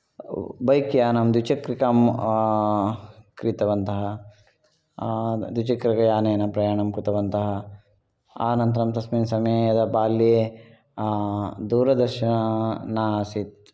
bike यानं द्विचक्रिकां क्रीतवन्तः द्विचक्रिकायानेन प्रयाणं कृतवन्तः अनन्तरं तस्मिन् समये यदा बाल्ये दूरदर्शनं न आसीत्